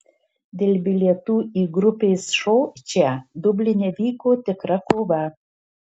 dėl bilietų į grupės šou čia dubline vyko tikra kova